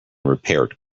repaired